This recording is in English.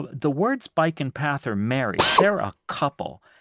but the words bike and path are married. they're a couple,